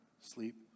sleep